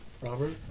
Robert